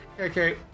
Okay